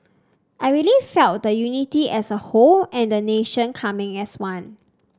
I really felt the unity as a whole and the nation coming as one